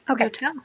Okay